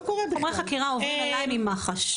חומרי החקירה עוברים אליי ממח"ש.